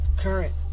Current